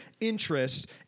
interest